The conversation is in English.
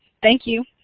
thank you.